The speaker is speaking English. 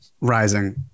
rising